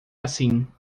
assim